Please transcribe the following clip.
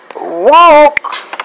walk